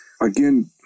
again